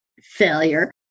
failure